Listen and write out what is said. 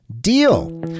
deal